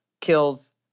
kills